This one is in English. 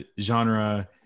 genre